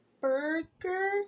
burger